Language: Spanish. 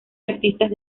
artistas